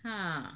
!huh!